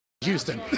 Houston